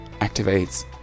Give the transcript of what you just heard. activates